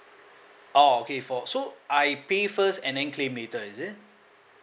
oh okay for so I pay first and then claim later is it